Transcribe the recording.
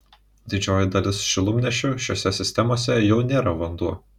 didžioji dalis šilumnešių šiose sistemose jau nėra vanduo